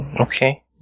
Okay